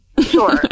sure